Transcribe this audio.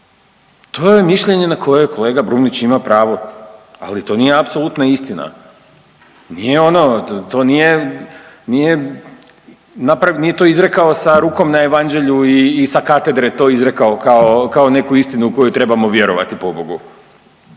To je mišljenje na koje kolega Brumnić ima pravo, ali to nije apsolutna istina. Nije ono, to nije, nije, nije to izrekao sa rukom na Evanđelju i sa katedre to izrekao kao u neku istinu u koju trebamo vjerovati pobogu.